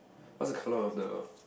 what's the colour of the